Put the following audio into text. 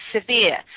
severe